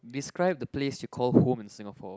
describe the place you call home in Singapore